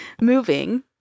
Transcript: moving